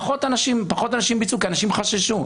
פחות אנשים ביצעו כי אנשים חששו.